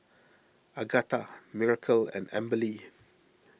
Agatha Miracle and Amberly